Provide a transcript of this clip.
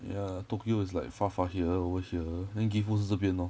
ya tokyo is like far far here over here then gifu 是这边 lor